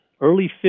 early